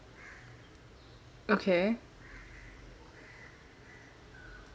okay